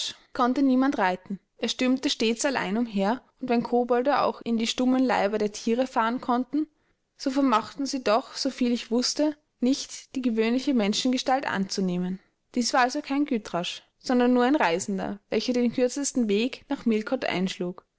konnte niemand reiten er stürmte stets allein umher und wenn kobolde auch in die stummen leiber der tiere fahren konnten so vermochten sie doch so viel ich wußte nicht die gewöhnliche menschengestalt anzunehmen dies war also kein gytrash sondern nur ein reisender welcher den kürzesten weg nach millcote einschlug